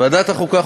ועדת החוקה,